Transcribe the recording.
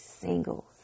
single